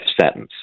sentence